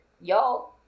y'all